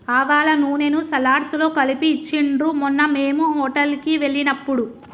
ఆవాల నూనెను సలాడ్స్ లో కలిపి ఇచ్చిండ్రు మొన్న మేము హోటల్ కి వెళ్ళినప్పుడు